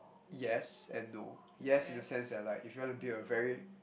yes and no yes in the sense that like if you want to build a very